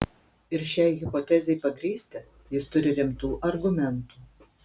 ir šiai hipotezei pagrįsti jis turi rimtų argumentų